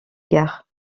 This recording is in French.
guerre